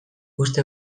uste